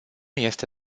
este